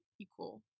equal